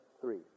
three